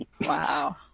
Wow